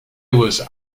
was